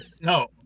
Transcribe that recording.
no